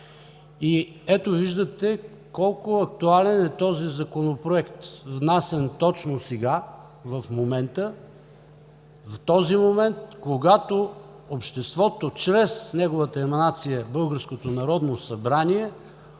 Ето, виждате, колко актуален е този Законопроект, внесен точно сега, в този момента, когато обществото чрез неговата еманация –